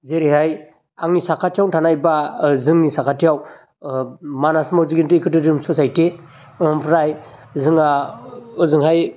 जेरैहाय आंनि साखाथियावनो थानाय बा जोंनि साखाथियाव ओहब मानास मावजिगिन्द्रि एखोदोरोम सचाइटि ओमफ्राय जोंहा ओजोंहाय